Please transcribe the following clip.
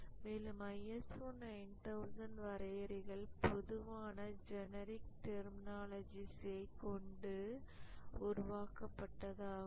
மேலும் ISO 9000 வரையறைகள் பொதுவான ஜெனரிக் டெர்மினாலஜிஸைக்கொண்டு உருவாக்கப்பட்டதாகும்